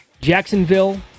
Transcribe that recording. Jacksonville